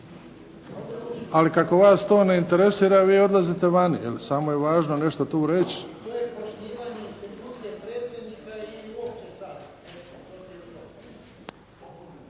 Ali kako vas to ne interesira, vi odlazite vani, je li, samo je važno nešto tu reći.